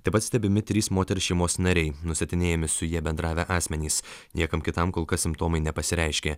taip pat stebimi trys moters šeimos nariai nustatinėjami su ja bendravę asmenys niekam kitam kol kas simptomai nepasireiškė